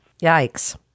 Yikes